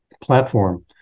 platform